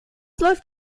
läuft